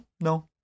no